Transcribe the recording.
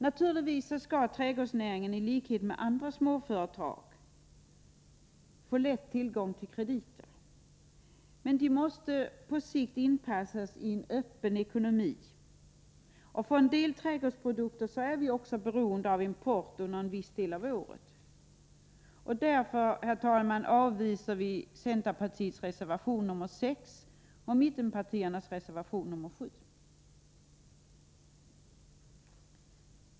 Företagen inom trädgårdsnäringen skall naturligtvis i likhet med andra småföretag lätt få tillgång till krediter. Men de måste på sikt inpassas i en öppen ekonomi. För en del trädgårdsprodukter är vi också beroende av import under en viss del av året. Därför, herr talman, avvisar vi centerpartiets reservation nr 6 och mittenpartiernas reservation nr 7.